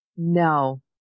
no